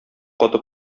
каты